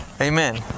Amen